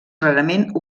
rarament